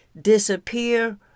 disappear